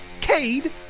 Cade